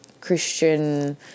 Christian